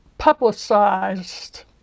publicized